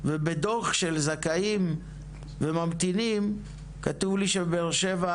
ובדו"ח של זכאים וממתינים כתוב לי שבבאר שבע